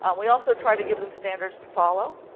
and we also try to give them standards to follow.